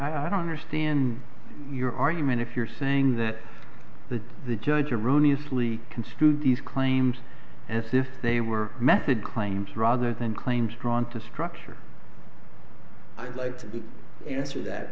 don't understand your argument if you're saying that the the judge erroneous lee construed these claims as if they were method claims rather than claims drawn to structure i'd like to be in answer that